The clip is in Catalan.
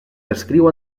descriu